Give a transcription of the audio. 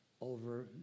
over